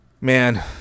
Man